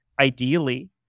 Ideally